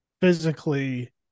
physically